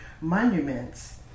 monuments